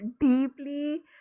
deeply